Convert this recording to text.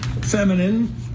feminine